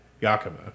Yakima